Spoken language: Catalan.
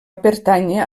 pertànyer